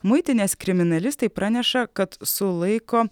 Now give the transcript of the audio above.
muitinės kriminalistai praneša kad sulaiko